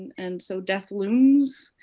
and so, death looms.